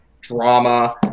drama